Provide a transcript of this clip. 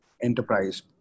enterprise